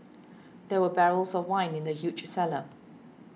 there were barrels of wine in the huge cellar